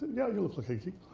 yeah you look like a geek.